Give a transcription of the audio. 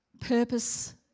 purpose